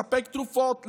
לספק תרופות,